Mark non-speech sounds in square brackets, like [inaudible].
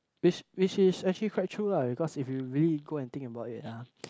which which is actually quite true lah because if you really go and think about it ah [noise]